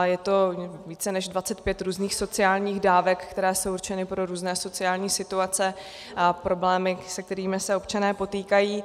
Je to více než 25 různých sociálních dávek, které jsou určené pro různé sociální situace, problémy, se kterými se občané potýkají.